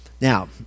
Now